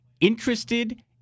interested